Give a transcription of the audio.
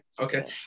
Okay